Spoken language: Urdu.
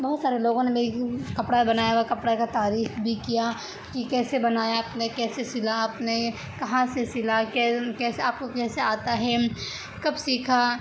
بہت سارے لوگوں نے میری کپڑا بنایا ہوا کپڑے کا تعریف بھی کیا کہ کیسے بنایا آپ نے کیسے سلا آپ نے کہاں سے سلا کیسے آپ کو کیسے آتا ہے کب سیکھا